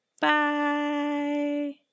Bye